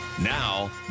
Now